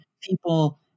people